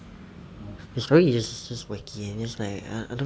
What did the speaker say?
the story is just wacky and like